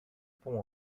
pont